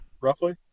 Roughly